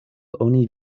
oni